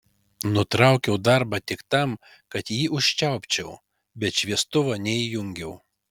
nutraukiau darbą tik tam kad jį užčiaupčiau bet šviestuvo neįjungiau